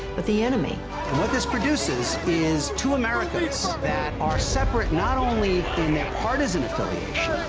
but the enemy. and what this produces is two americas that are separate not only in their partisan affiliation,